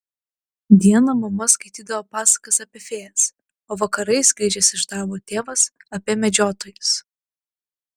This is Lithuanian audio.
dieną mama skaitydavo pasakas apie fėjas o vakarais grįžęs iš darbo tėvas apie medžiotojus